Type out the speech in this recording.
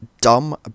dumb